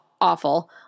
awful